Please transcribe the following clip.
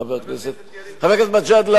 חבר הכנסת,